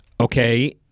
Okay